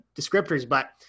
descriptors—but